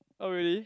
oh really